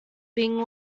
being